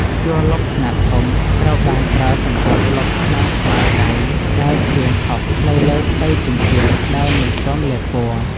ជ័រលុបខ្នាតធំ ត្រូវបានប្រើសម្រាប់លុបស្នាមខ្មៅដៃដែលព្រាងខុសនៅលើផ្ទៃជញ្ជាំងដែលមិនទាន់លាបពណ៌។